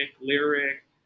lyric